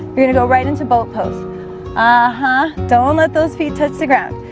we're gonna go right into boat pose uh-huh. don't let those feet touch the ground.